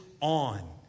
on